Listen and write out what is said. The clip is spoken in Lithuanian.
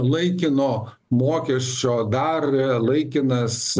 laikino mokesčio dar laikinas